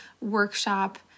workshop